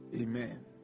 Amen